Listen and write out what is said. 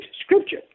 scripture